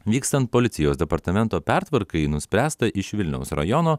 vykstant policijos departamento pertvarkai nuspręsta iš vilniaus rajono